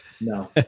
No